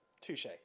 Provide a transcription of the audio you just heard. Touche